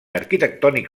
arquitectònic